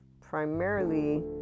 primarily